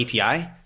API